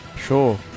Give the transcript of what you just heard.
Sure